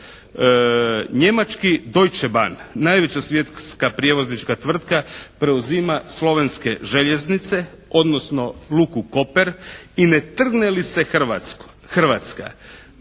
Njemački "Deutsche bahn" najveća svjetska prijevoznička tvrtka preuzima Slovenske željeznici odnosno luku Koper i ne trgne li se Hrvatska,